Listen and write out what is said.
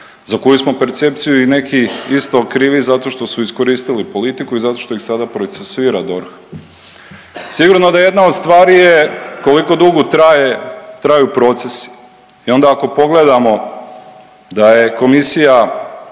ha koju smo percepciju i neki isto krivi zato što su iskoristili politiku i zato što ih sada procesuira DORH. Sigurno da jedna od stvari je koliko dugo traju procesi. I onda ako pogledamo da je Komisija